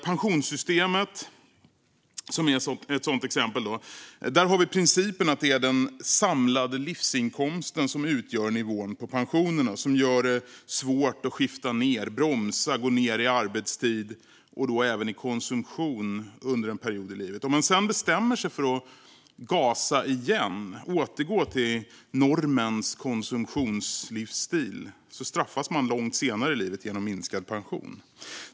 Pensionssystemet är ett sådant exempel. Principen att det är den samlade livsinkomsten som avgör nivån på pensionen gör det svårt att skifta ned, att bromsa och att gå ned i arbetstid - och då även i konsumtion - under en period i livet. Om man sedan bestämmer sig för att gasa igen och återgå till normens konsumtionslivsstil straffas man långt senare i livet genom minskad pension.